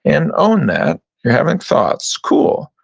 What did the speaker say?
and own that, you're having thoughts, cool.